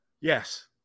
Yes